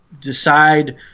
decide